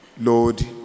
Lord